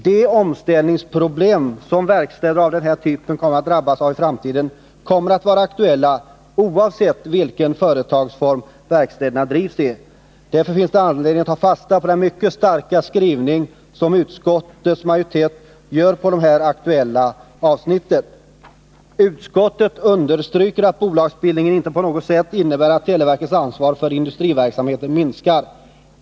De omställningsproblem som verkstäder av den här typen kommer att drabbas av i framtiden kommer att vara aktuella, oavsett vilken företagsform verkstäderna drivs i. Därför finns det anledning att ta fasta på den mycket starka skrivning som trafikutskottets majoritet gör just beträffande de här aktuella avsnitten. Utskottet understryker att bolagsbildningen inte på något sätt innebär att televerkets ansvar för industriverksamheten minskar.